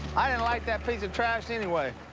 i didn't like that piece of trash anyway.